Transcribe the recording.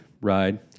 ride